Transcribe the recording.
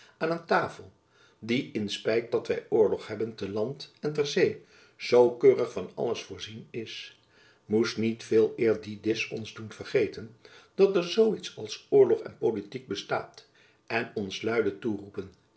aan een tafel die in spijt dat wy oorlog hebben te land en ter zee zoo keurig van alles voorzien is moest niet veeleer die disch ons doen vergeten dat er zoo iets als oorlog en politiek bestaat en ons luide toeroepen